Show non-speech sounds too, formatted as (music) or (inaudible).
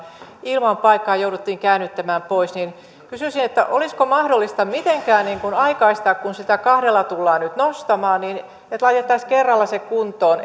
ilman paikkaa jouduttiin käännyttämään pois kysyisin olisiko sitä mahdollista mitenkään aikaistaa kun sitä kahdella miljoonalla tullaan nyt nostamaan niin että laitettaisiin se kerralla kuntoon (unintelligible)